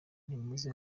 ntimuzi